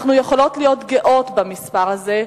אנחנו יכולות להיות גאות במספר הזה,